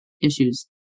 issues